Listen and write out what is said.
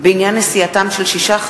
התשע"א 2010,